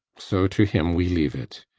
so to him we leave it.